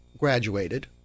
Graduated